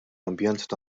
ambjent